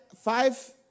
five